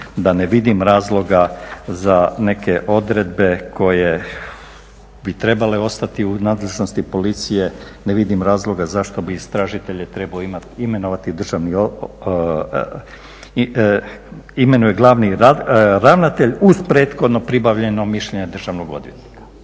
da ne vidim razloga za neke odredbe koje bi trebale ostati u nadležnosti Policije, ne vidim razloga zašto bi istražitelje trebao imenovati državni, imenuje glavni ravnatelj uz prethodno pribavljeno mišljenje državnog odvjetnika.